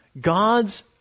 God's